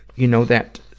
you know, that,